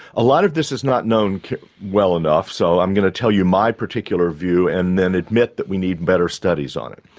a lot of this is not known well enough, so i'm going to tell you my particular view and then admit that we need better studies on it.